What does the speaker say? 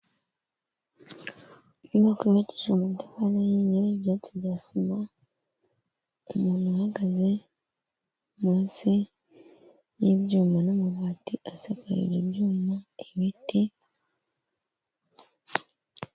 Inyubako yubakishije amatafari ahiye, ibyatsi bya sima, umuntu uhagaze munsi y'ibyuma n'amabati asekaje ibyuma ibiti.